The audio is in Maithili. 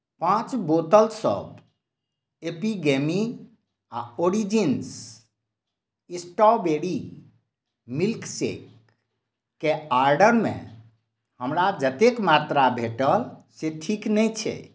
पाँच बोतलसभ एपिगैमी आ ओरिजिन्स स्ट्रॉबेरी मिल्कशेककेँ ऑर्डरमे हमरा जतेक मात्रा भेटल से ठीक नहि छै